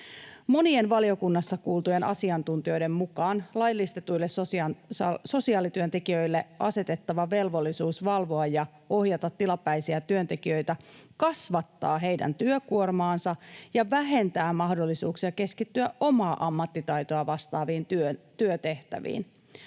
Monien valiokunnassa kuultujen asiantuntijoiden mukaan laillistetuille sosiaalityöntekijöille asetettava velvollisuus valvoa ja ohjata tilapäisiä työntekijöitä kasvattaa heidän työkuormaansa ja vähentää mahdollisuuksia keskittyä omaa ammattitaitoaan vastaaviin työtehtäviin,